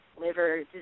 liver